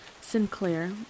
Sinclair